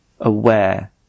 aware